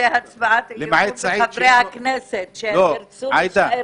זו הצעת אי-אמון בחברי הכנסת שירצו להישאר